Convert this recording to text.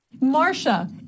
Marcia